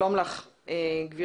שלום לך, גברתי.